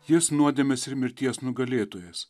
jis nuodėmės ir mirties nugalėtojas